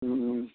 ಹ್ಞೂ ಹ್ಞೂ